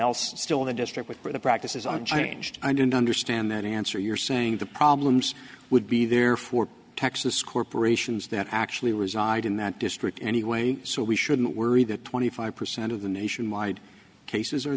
else still in the district with for the practice is unchanged i don't understand that answer you're saying the problems would be there for texas corporations that actually reside in that district anyway so we shouldn't worry that twenty five percent of the nationwide cases are